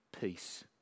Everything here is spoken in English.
peace